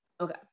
Okay